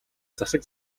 засаг